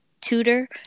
tutor